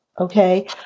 Okay